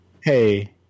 Hey